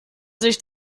sich